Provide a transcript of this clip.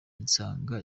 nsanga